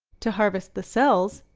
to harvest the cells,